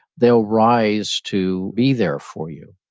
they'll rise to be there for you.